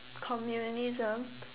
communism